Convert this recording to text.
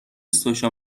سوشا